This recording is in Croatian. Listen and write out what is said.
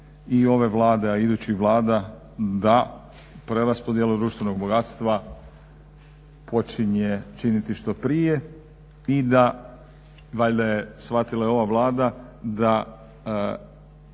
i ove Vlade a i idućih vlada da preraspodjelu društvenog bogatstva počinje činiti što prije i da valjda je shvatila i ova Vlada da